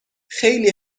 خیلی